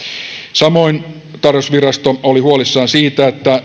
samoin tarkastusvirasto oli huolissaan siitä että